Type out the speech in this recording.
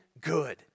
good